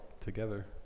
together